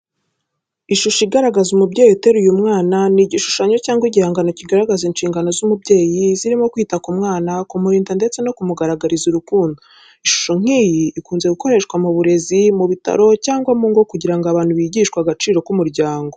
Ishusho igaragaza umubyeyi uteruye umwana ni igishushanyo cyangwa igihangano kigaragaza inshingano z'umubyeyi, zirimo kwita ku mwana, kumurinda ndetse no kumugaragariza urukundo. Ishusho nk'iyo ikunze gukoreshwa mu burezi, mu bitaro, cyangwa mu ngo, kugira ngo abantu bigishwe agaciro k'umuryango.